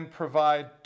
provide